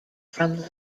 from